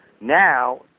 Now